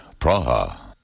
Praha